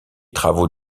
travaux